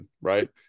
right